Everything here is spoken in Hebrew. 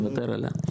מוותר עליה.